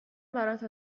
برات